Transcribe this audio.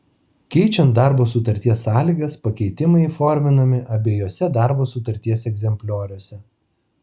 keičiant darbo sutarties sąlygas pakeitimai įforminami abiejuose darbo sutarties egzemplioriuose